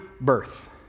birth